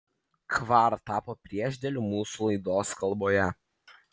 kvar tapo priešdėliu mūsų laidos kalboje